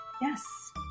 Yes